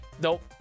nope